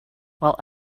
while